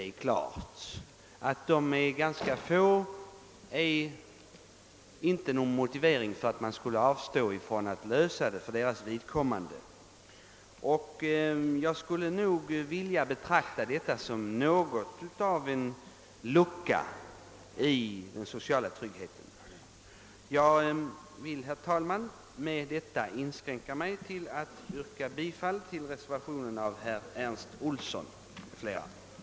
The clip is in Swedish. Det faktum att det gäller ganska få människor är inte någon motivering för att man skall avstå från att ordna försäkringen för deras vidkommande. Jag skulle i viss mån vilja betrakta detta som en lucka i den sociala tryggheten. Herr talman! Jag skall inskränka mig till detta och vill yrka bifall till reservationen av herr Ernst Olsson m.fl.